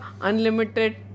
unlimited